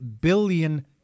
billion